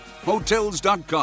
Hotels.com